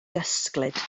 gysglyd